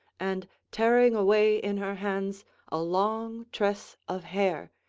and tearing away in her hands a long tress of hair,